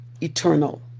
eternal